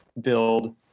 build